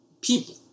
people